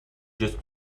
just